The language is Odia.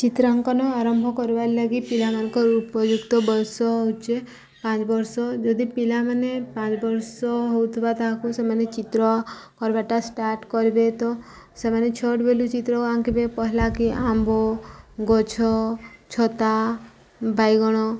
ଚିତ୍ରାଙ୍କନ ଆରମ୍ଭ କରିବାର୍ ଲାଗି ପିଲାମାନଙ୍କର ଉପଯୁକ୍ତ ବୟସ ହଉଛେ ପାଞ୍ଚ ବର୍ଷ ଯଦି ପିଲାମାନେ ପାଞ୍ଚ ବର୍ଷ ହଉଥିବା ତାହାକୁ ସେମାନେ ଚିତ୍ର କରିବାଟା ଷ୍ଟାର୍ଟ୍ କରିବେ ତ ସେମାନେ ଛୋଟ୍ ବେଲୁ ଚିତ୍ର ଆଙ୍କିବେ ପହଲା କିି ଆମ୍ବ ଗଛ ଛତା ବାଇଗଣ